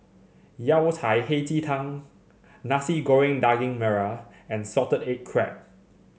Yao Cai Hei Ji Tang Nasi Goreng Daging Merah and Salted Egg Crab